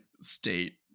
state